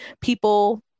people